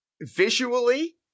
Visually